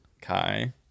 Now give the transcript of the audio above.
Kai